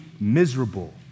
miserable